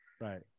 Right